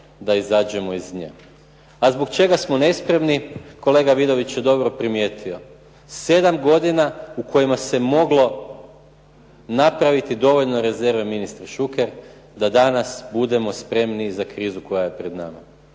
da izađemo iz nje. A zbog čega smo nespremni, kolega Vidović je dobro primjetio. Sedam godina u kojima se moglo napraviti dovoljno rezerve ministre Šuker, da danas budemo spremni za krizu koja je pred nama.